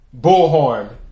Bullhorn